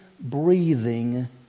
breathing